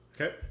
okay